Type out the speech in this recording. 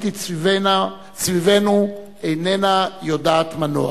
והפוליטית סביבנו איננה יודעת מנוח.